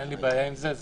אין לי בעיה עם זה.